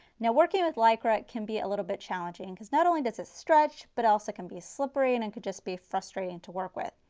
now working with lycra, it can be a little bit challenging, because not only does it stretch, but also it can be slippery and it and could just be frustrating to work with.